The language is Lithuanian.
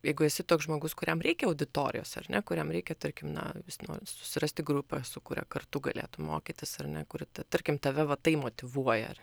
jeigu esi toks žmogus kuriam reikia auditorijos ar ne kuriam reikia tarkim na jis nori susirasti grupę su kuria kartu galėtų mokytis ar ne kuri ta tarkim tave va tai motyvuoja ir